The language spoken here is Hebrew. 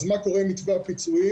אז מה קורה עם מתווה הפיצויים?